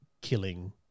killing